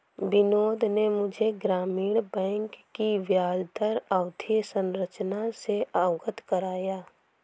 बिनोद ने मुझे ग्रामीण बैंक की ब्याजदर अवधि संरचना से अवगत कराया